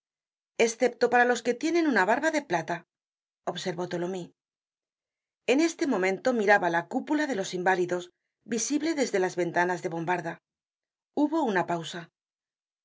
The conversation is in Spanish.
escepto para los que tienen una barba de plata observó tholomyes en este momento miraba la cúpula de los inválidos visible desde las ventanas de bombarda hubo una pausa